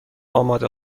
آماده